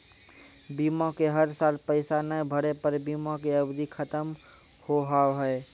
बीमा के हर साल पैसा ना भरे पर बीमा के अवधि खत्म हो हाव हाय?